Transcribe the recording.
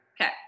Okay